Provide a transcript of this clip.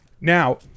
Now